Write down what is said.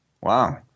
Wow